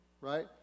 Right